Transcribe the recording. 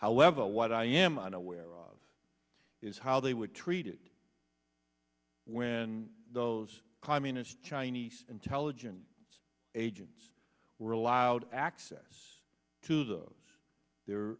however what i am unaware of is how they were treated when those communist chinese intelligence agents were allowed access to those there